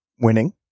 Winning